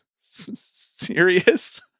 serious